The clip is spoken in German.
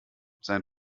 sein